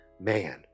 Man